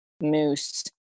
moose